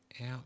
out